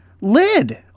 lid